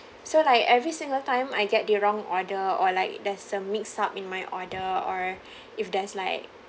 so like every single time I get the wrong order or like there's a mix-up in my order or if there's like